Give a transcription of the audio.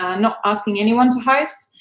not asking anyone to host,